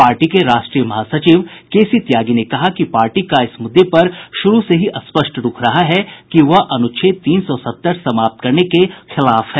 party के राष्ट्रीय महासचिव के सी त्यागी ने कहा कि पार्टी का इस मुद्दे पर शुरू से ही स्पष्ट रूख रहा है कि वह अनुच्छेद तीन सौ सत्तर समाप्त करने के खिलाफ है